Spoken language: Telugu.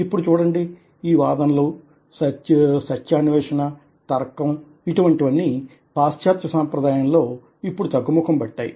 ఇప్పుడు చూడండి వాదనలు సత్యాన్వేషణ తర్కం ఇటువంటివన్నీ పాశ్చాత్య సంప్రదాయంలో ఇప్పుడు తగ్గుముఖం పట్టాయి